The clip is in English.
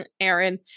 Aaron